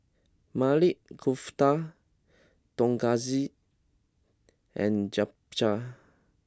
Maili Kofta Tonkatsu and Japchae